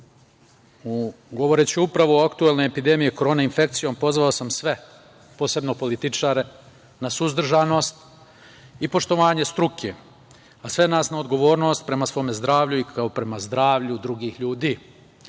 govoreći upravo o aktuelnoj epidemiji korona infekcije, pozvao sam sve, posebno političare na suzdržanost i poštovanje struke, a sve nas na odgovornost prema svom zdravlju i prema zdravlju drugih ljudi. Tada